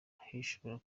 ahishura